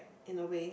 in a way